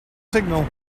signal